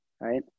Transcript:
right